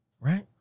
right